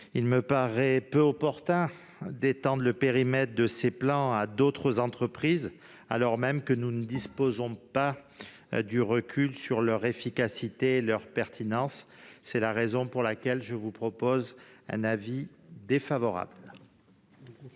Il me paraît peu opportun d'étendre le périmètre de ces plans à d'autres entreprises, alors que nous ne disposons pas encore d'un recul suffisant sur leur efficacité et leur pertinence. C'est la raison pour laquelle la commission émet un avis défavorable